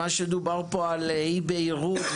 מה שדובר פה: אי-בהירות,